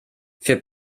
für